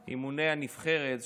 לא סתם אתם מאבדים מנדטים.